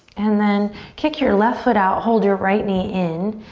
and then kick your left foot out, hold your right knee in,